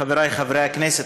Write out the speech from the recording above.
חברי חברי הכנסת,